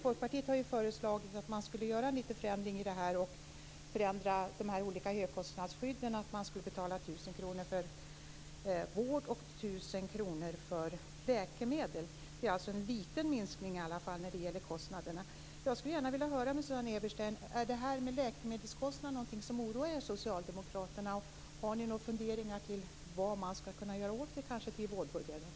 Folkpartiet har föreslagit att man skulle göra en förändring av de olika högskostnadsskydden, så att man betalar 1 000 kr för vård och 1 000 kr för läkemedel. Det är i alla fall en liten minskning när det gäller kostnaderna. Jag skulle vilja fråga Susanne Eberstein: Är det här med läkemedelskostnader någonting som oroar er socialdemokrater? Har ni några funderingar om vad man skall göra åt det, kanske i vårpropositionen?